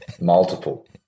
Multiple